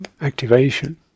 activation